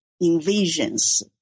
invasions